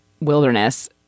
wilderness